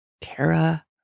Tara